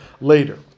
later